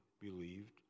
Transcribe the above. believed